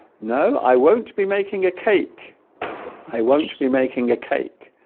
no i won't be making a cake i won't be making a cake